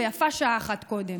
ויפה שעה אחת קודם.